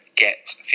get